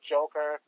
Joker